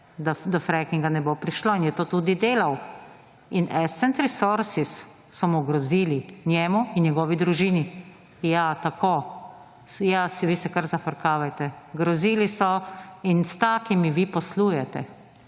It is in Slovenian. da do frackinga ne bo prišlo in je to tudi delal. In Ascent Resources so mu grozili, njemu in njegovi družini. Ja, tako… Ja, vi se kar zafrkavajte. Grozili so in s takimi vi poslujete,